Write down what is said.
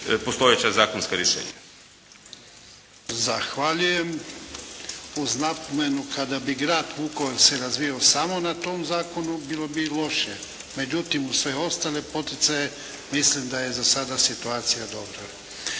**Jarnjak, Ivan (HDZ)** Zahvaljujem. Uz napomenu, kada bi Grad Vukovar se razvijao samo na tom zakonu, bilo bi loše. Međutim, uz sve ostale poticaje, milim da je za sada situacija dobra.